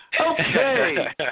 Okay